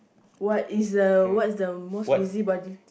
what is the what is the most busybody